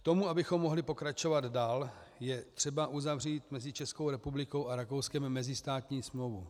K tomu, abychom mohli pokračovat dál, je třeba uzavřít mezi Českou republikou a Rakouskem mezistátní smlouvu.